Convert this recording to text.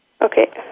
Okay